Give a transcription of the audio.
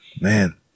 Man